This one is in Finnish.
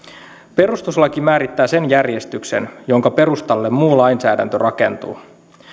perustuslaki määrittää sen järjestyksen jonka perustalle muu lainsäädäntö rakentuu